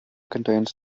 contains